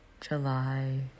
July